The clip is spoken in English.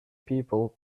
people